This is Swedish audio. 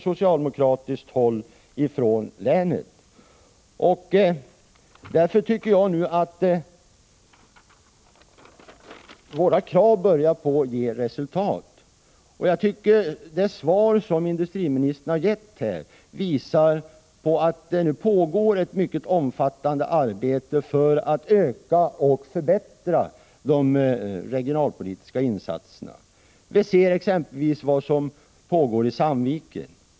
Jag tycker att våra krav nu börjar ge resultat. Jag tycker att det svar industriministern har gett visar att det pågår ett mycket omfattande arbete för att öka och förbättra de regionalpolitiska insatserna. Vi ser exempelvis vad som pågår i Sandviken.